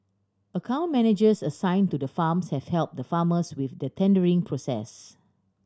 account managers assign to the farms have help the farmers with the tendering process